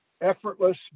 effortless